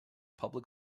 public